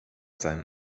sein